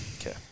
Okay